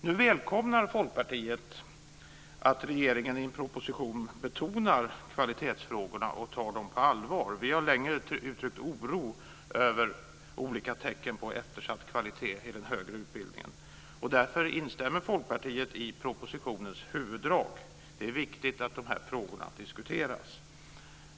Nu välkomnar Folkpartiet att regeringen i en proposition betonar kvalitetsfrågorna och tar dem på allvar. Vi har länge uttryckt oro över olika tecken på eftersatt kvalitet i den högre utbildningen. Därför instämmer Folkpartiet i propositionens huvuddrag. Det är viktigt att dessa frågor diskuteras.